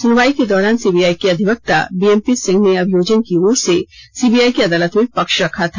सुनवाई के दौरान सीबीआइ के अधिवक्ता बीएमपी सिंह ने अभियोजन की ओर से सीबीआई की अदालत में पक्ष रखा था